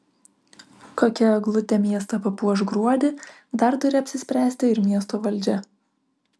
kokia eglutė miestą papuoš gruodį dar turi apsispręsti ir miesto valdžia